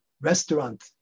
restaurant